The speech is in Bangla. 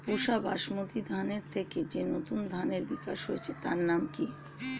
পুসা বাসমতি ধানের থেকে যে নতুন ধানের বিকাশ হয়েছে তার নাম কি?